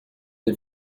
the